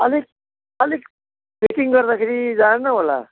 अलिक अलिक फिटिङ गर्दाखेरि जानेन होला